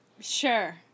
Sure